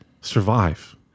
survive